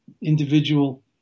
individual